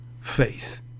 faith